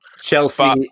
Chelsea